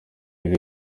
ibi